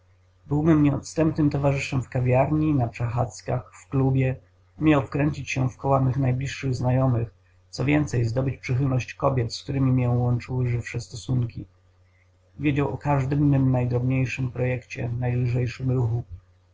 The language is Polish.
był mym nieodstępnym towarzyszem w kawiarni na przechadzkach w klubie umiał wkręcić się w koła mych najbliższych znajomych co więcej zdobyć przychylność kobiet z któremi mię łączyły żywsze stosunki wiedział o każdym mym najdrobniejszym projekcie najlżejszym ruchu